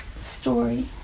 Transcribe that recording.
story